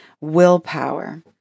willpower